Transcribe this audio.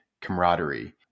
camaraderie